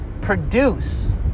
produce